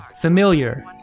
familiar